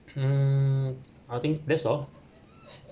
mm I think that's all